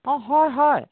অঁ হয় হয়